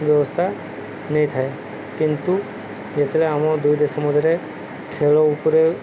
ବ୍ୟବସ୍ଥା ନେଇ ଥାଏ କିନ୍ତୁ ଯେତେବେଳେ ଆମ ଦୁଇ ଦେଶ ମଧ୍ୟରେ ଖେଳ ଉପରେ